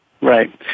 Right